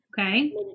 Okay